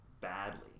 badly